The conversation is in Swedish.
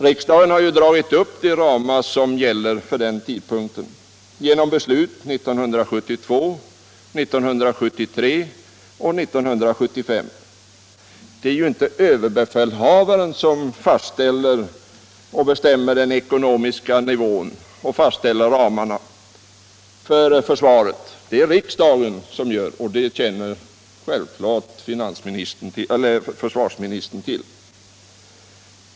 Riksdagen har ju dragit upp de ramar som gäller för den tiden genom beslut 1972, 1973 och 1975. Det är ju inte överbefälhavaren som bestämmer den ekonomiska nivån och fastställer ramarna för försvaret, det är riksdagen som gör detta, och det känner självfallet försvarsministern till.